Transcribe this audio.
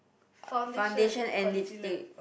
foundation and lipstick